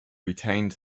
retained